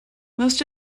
most